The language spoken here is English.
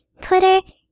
Twitter